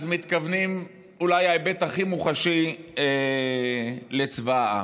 אז מתכוונים אולי להיבט הכי מוחשי לצבא העם.